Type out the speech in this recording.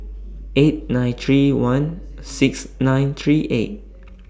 eight nine three one six nine three eight